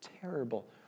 Terrible